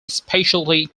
specialty